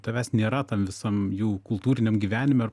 tavęs nėra tam visam jų kultūriniam gyvenime ar